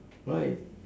why